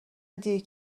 دیر